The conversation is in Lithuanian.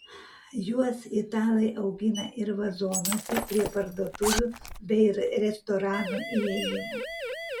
juos italai augina ir vazonuose prie parduotuvių bei restoranų įėjimų